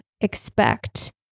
expect